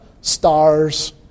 stars